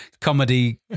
comedy